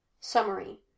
Summary